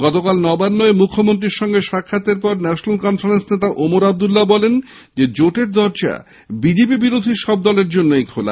গতকাল নবান্নয় মুখ্যমন্ত্রীর সঙ্গে সাক্ষাতের পর ন্যাশনাল কনফারেন্স নেতা ওমর আবদুল্লা বলেছেন জোটের দরজা বিজেপি বিরোধী সব দলের জন্য খোলা